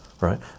right